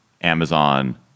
Amazon